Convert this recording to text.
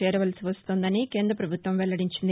చేరవలసి వస్తోందని కేంద పభుత్వం వెల్లడించింది